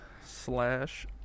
slash